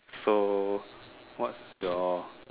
so what's your